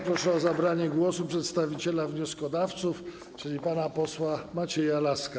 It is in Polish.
Proszę o zabranie głosu przedstawiciela wnioskodawców pana posła Macieja Laska.